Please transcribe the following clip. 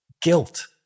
Guilt